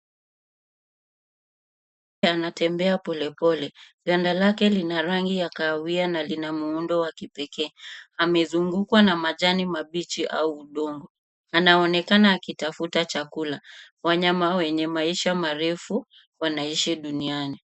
Anatembea polepole, ganda lake lina rangi ya kahawia na lina muundo wa kipekee amezungukwa na majani mabichi au udongo. Anaonekana akitafuta chakula, wanyama wenye maisha marefu wanaishi duniani.